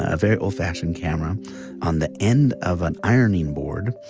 ah very old-fashioned camera on the end of an ironing board.